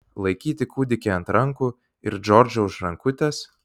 laikyti kūdikį ant rankų ir džordžą už rankutės